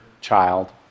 child